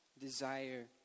desire